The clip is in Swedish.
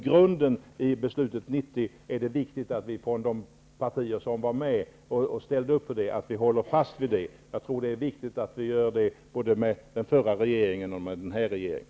Men det är viktigt att de partier som stod bakom beslutet 1990 håller fast vid grunden i beslutet. Det gäller både den förra regeringen och den nuvarande.